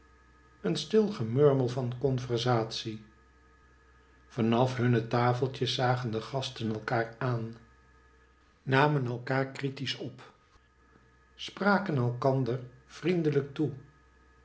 een stil gemurmel van conversatie van af hunne tafeltjes zagen de gasten elkaar aan namen elkaar kritiesch op spraken elkander vriendelijk toe